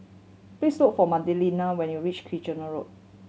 please look for Magdalena when you reach Kitchener Road